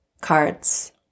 cards